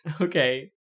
Okay